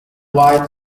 white